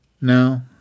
no